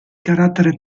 carattere